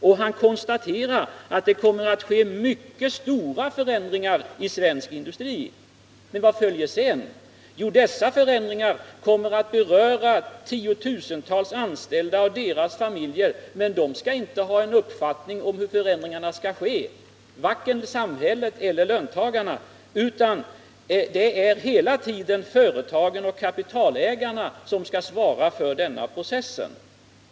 Och han konstaterar att det kommer att ske mycket stora förändringar inom svensk industri. Men vad följer sedan? Jo, dessa förändringar kommer att beröra tiotusentals anställda och deras familjer — men de skall inte få ha någon uppfattning om hur förändringarna skall ske. Varken samhället eller löntagarna utan hela tiden företagarna och kapitalägarna skall svara för denna process.